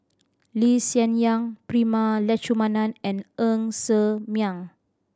Lee Hsien Yang Prema Letchumanan and Ng Ser Miang